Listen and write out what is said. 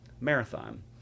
marathon